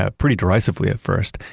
ah pretty derisively at first,